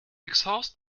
exhaust